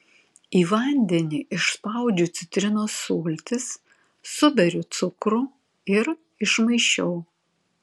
į vandenį išspaudžiu citrinos sultis suberiu cukrų ir išmaišiau